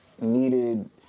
needed